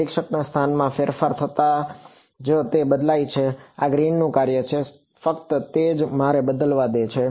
નિરીક્ષકના સ્થાનમાં ફેરફાર થતાં જ તે બદલાય છે તે આ ગ્રીનનું કાર્ય છે ફક્ત તે જ તમારે બદલવા દે છે